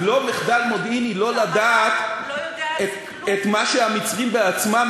זה לא מחדל מודיעיני לא לדעת את מה שהמצרים בעצמם